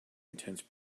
intense